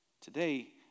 Today